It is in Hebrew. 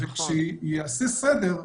כשייעשה סדר,